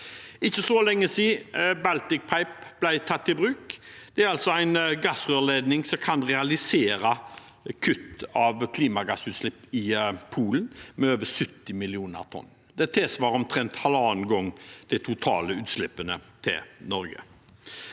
ikke så lenge siden Baltic Pipe ble tatt i bruk. Dette er en gassrørledning som kan realisere kutt av klimagassutslipp i Polen med over 70 millioner tonn, noe som tilsvarer omtrent halvannen gang de totale utslippene til Norge.